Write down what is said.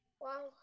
Wow